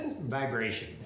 Vibration